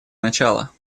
начала